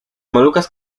molucas